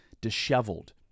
disheveled